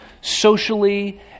socially